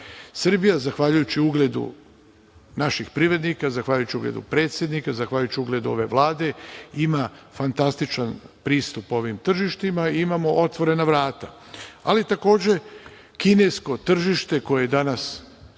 zahvaljujući ugledu naših privrednika, zahvaljujući ugledu predsednika, zahvaljujući ugledu ove Vlade ima fantastičan pristup ovim tržištima i imamo otvorena vrata. Takođe, kinesko tržište koje je danas